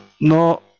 No